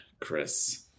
Chris